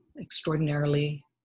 extraordinarily